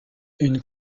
une